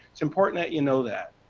it important that you know that.